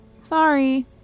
Sorry